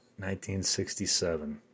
1967